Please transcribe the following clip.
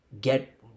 get